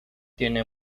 tiene